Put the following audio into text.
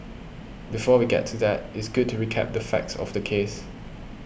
before we get to that it's good to recap the facts of the case